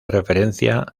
referencia